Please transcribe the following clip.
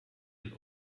den